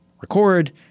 record